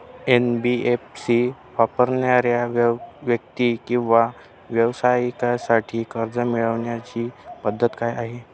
NBFC वापरणाऱ्या व्यक्ती किंवा व्यवसायांसाठी कर्ज मिळविण्याची पद्धत काय आहे?